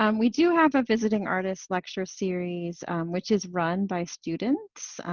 um we do have a visiting artist lecture series which is run by students.